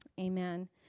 amen